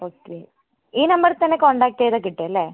okay ഈ നമ്പറിൽ തന്നെ കോൺടാക്ട് ചെയ്താൽ കിട്ടുവല്ലേ